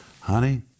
honey